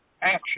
action